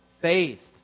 faith